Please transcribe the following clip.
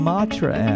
Matra